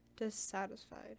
dissatisfied